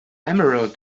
emerald